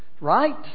right